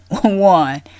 one